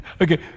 Okay